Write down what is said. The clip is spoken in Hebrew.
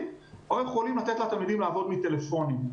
או יכולים לתת לתלמידים לעבוד עם טלפונים,